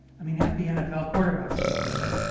i mean half the nfl quarterbacks can't do this.